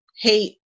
hate